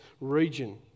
region